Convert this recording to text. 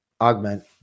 Augment